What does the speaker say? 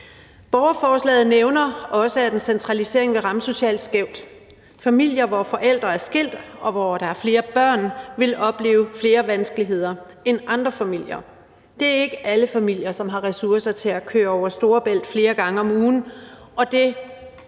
Borgerforslaget nævner også, at en centralisering vil ramme socialt skævt. Familier, hvor forældre er skilt, og hvor der er flere børn, vil opleve flere vanskeligheder end andre familier. Det er ikke alle familier, som har ressourcer til at køre over Storebælt flere gange om ugen,